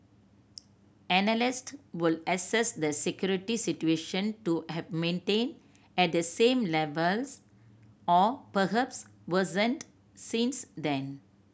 analyst would assess the security situation to have maintained at the same levels or perhaps worsened since then